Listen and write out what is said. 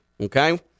okay